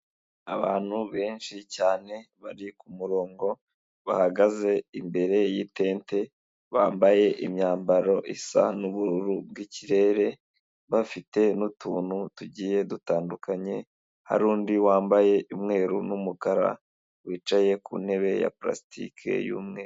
Abantu benshi cyane bari ku murongo bahagaze imbere y'itente, bambaye imyambaro isa n'ubururu bwikirere, bafite n'utuntu tugiye dutandukanye, hari undi wambaye umweru n'umukara wicaye ku ntebe ya parasitiki y'umweru.